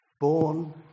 born